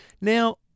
Now